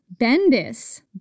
Bendis